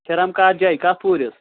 کھِرَم کَتھ جایہِ کَتھ پوٗرِس